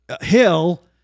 Hill –